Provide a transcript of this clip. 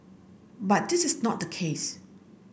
but this is not the case